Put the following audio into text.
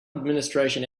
administration